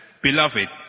Beloved